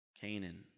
Canaan